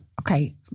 okay